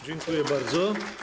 Dziękuję bardzo.